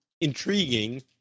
intriguing